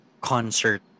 concert